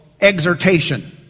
exhortation